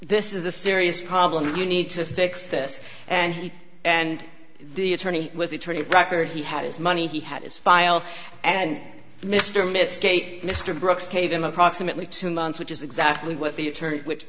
this is a serious problem you need to fix this and he and the attorney was attorney of record he had his money he had his file and mr miss kate mr brooks gave him approximately two months which is exactly what the attorney which